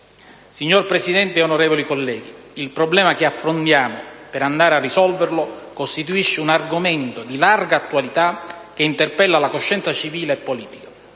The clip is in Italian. Signor Presidente, onorevoli colleghi, il problema che affrontiamo costituisce un argomento di larga attualità che interpella la coscienza civile e politica.